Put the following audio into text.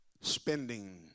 spending